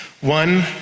one